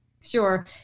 Sure